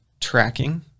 tracking